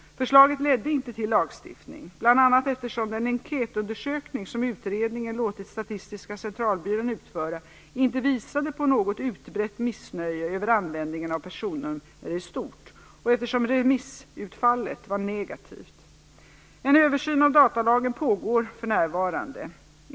Förslaget ledde inte till lagstiftning, bl.a. eftersom den enkätundersökning som utredningen låtit Statistiska centralbyrån utföra inte visade på något utbrett missnöje över användningen av personnummer i stort och eftersom remissutfallet var negativt. En översyn av datalagen pågår för närvarande.